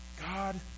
God